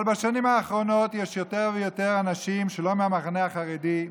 אבל בשנים האחרונות יש יותר ויותר אנשים שלא מהמחנה החרדי,